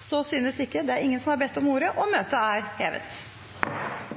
– Så synes ikke, og møtet er hevet.